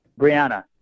Brianna